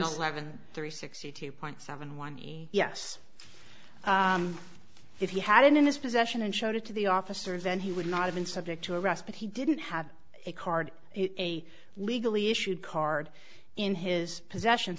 eleven three sixty two point seven one yes if you had it in his possession and showed it to the officer then he would not have been subject to arrest but he didn't have a card a legally issued card in his possession